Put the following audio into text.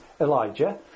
elijah